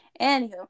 Anywho